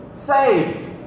saved